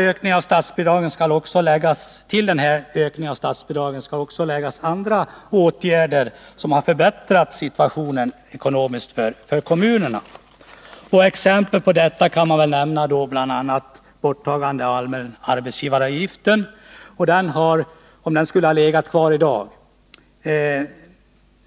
Till den kraftiga ökningen av statsbidragen skall också läggas andra åtgärder som har förbättrat kommunernas ekonomiska situation. Som exempel på detta kan jag nämna borttagandet av den allmänna arbetsgivaravgiften. Om den funnits kvar i dag, skulle den ha